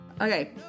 Okay